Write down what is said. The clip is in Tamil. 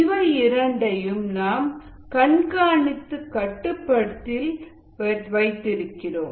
இவை இரண்டையும் நாம் கண்காணித்து கட்டுப்பாட்டில் வைத்திருக்கிறோம்